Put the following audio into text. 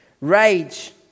rage